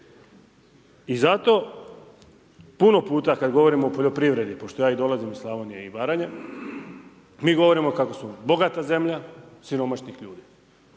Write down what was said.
I zato puno puta kada govorimo o poljoprivredi, pošto ja i dolazim iz Slavonije i Baranje, mi govorimo kako smo bogata zemlja siromašnih ljudi.